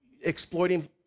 exploiting